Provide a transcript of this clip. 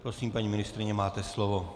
Prosím, paní ministryně, máte slovo.